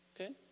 Okay